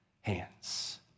hands